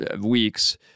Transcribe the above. weeks